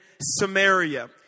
Samaria